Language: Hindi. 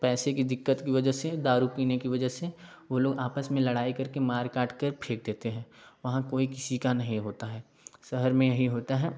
पैसे की दिक्कत की वजह से दारू पीने की वजह से वह लोग आपस में लड़ाई करके मार काट कर फेंक देते हैं वहाँ कोई किसी का नहीं होता है शहर में यही होता है